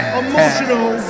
emotional